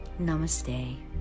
Namaste